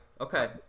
Okay